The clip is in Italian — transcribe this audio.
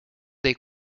dei